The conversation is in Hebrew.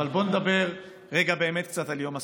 אבל בואו נדבר רגע באמת קצת על יום הסטודנט.